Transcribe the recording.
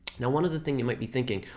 now one other thing you might be thinking,